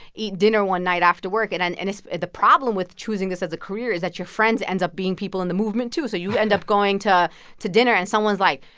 eat dinner one night after work and and and the problem with choosing this as a career is that your friends end up being people in the movement, too. so you end up going to to dinner, and someone's like,